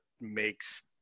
makes